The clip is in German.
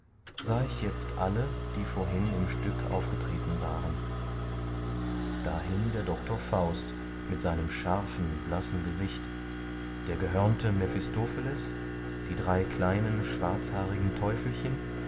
sah ich jetzt alle die vorhin im stück aufgetreten waren da hing der doktor faust mit seinem scharfen blassen gesicht der gehörnte mephistopheles die drei kleinen schwarzhaarigen teufelchen